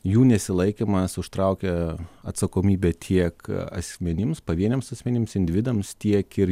jų nesilaikymas užtraukia atsakomybę tiek asmenims pavieniams asmenims individams tiek ir